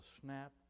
snap